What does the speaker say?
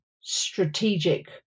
strategic